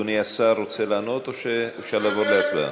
אדוני השר רוצה לענות או שאפשר לעבור להצבעה?